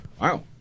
Wow